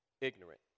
ignorant